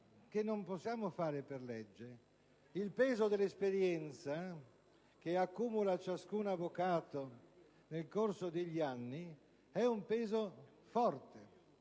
che non possiamo fare per legge. Il peso dell'esperienza che accumula ciascun avvocato nel corso degli anni è forte,